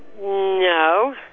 No